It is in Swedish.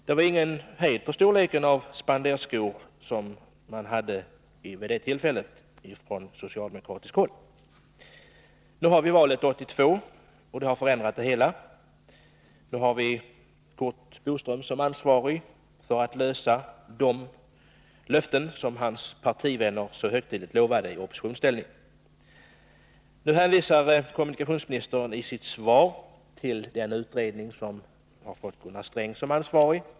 Det var ingen hejd på storleken av de spenderskor som man vid det tillfället hade på socialdemokratiskt håll. Nu har vi bakom oss valet 1982, som har förändrat det hela. Nu har vi Curt Boström som ansvarig för att infria de löften som hans partivänner så högtidligt gav i oppositionsställning. Kommunikationsministern hänvisar i sitt svar till den utredning som har fått Gunnar Sträng som ansvarig.